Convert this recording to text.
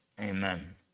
Amen